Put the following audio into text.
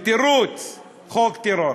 בתירוץ "חוק טרור".